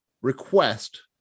request